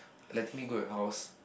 letting me go your house